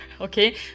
okay